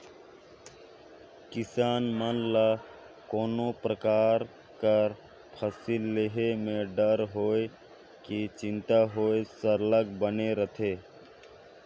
किसान मन ल कोनोच परकार कर फसिल लेहे में डर होए कि चिंता होए सरलग बनले रहथे